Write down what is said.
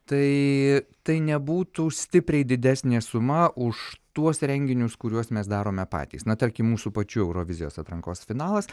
tai tai nebūtų stipriai didesnė suma už tuos renginius kuriuos mes darome patys na tarkim mūsų pačių eurovizijos atrankos finalas